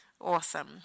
Awesome